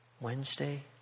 Wednesday